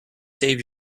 save